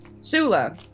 Sula